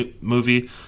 movie